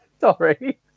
Sorry